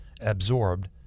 absorbed